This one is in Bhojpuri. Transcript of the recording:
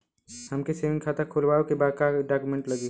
हमके सेविंग खाता खोलवावे के बा का डॉक्यूमेंट लागी?